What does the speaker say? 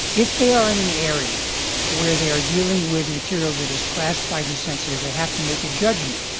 if they are in an area where they are dealing with material that is classified and sensitive, they have to make a judgment.